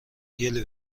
گلی